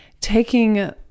taking